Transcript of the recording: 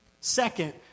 Second